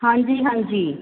ਹਾਂਜੀ ਹਾਂਜੀ